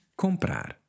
Comprar